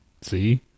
See